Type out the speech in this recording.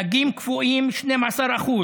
דגים קפואים,12%,